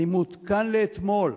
אני מעודכן לאתמול,